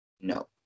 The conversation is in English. No